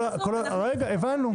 --- הבנו.